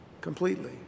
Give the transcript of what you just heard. completely